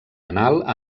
anal